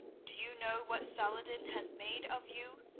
do you know what saladin has made of you?